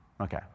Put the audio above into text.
Okay